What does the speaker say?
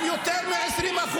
הם יותר מ-20%.